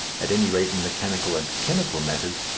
at any rate in mechanical and chemical matters,